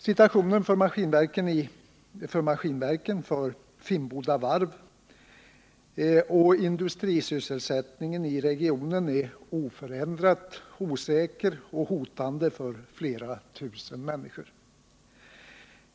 Situationen för Maskinverken, för Finnboda Varv och för industrisysselsättningen i regionen är oförändrat osäker och hotande för flera tusen människor.